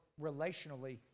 relationally